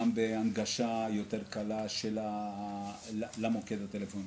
גם בהנגשה יותר קלה למוקד הטלפוני.